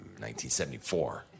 1974